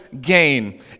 gain